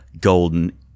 Golden